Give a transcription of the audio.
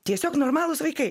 tiesiog normalūs vaikai